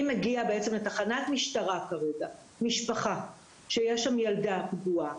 מגיעה לתחנת משטרה כרגע משפחה שיש שם ילדה פגועה,